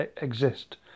exist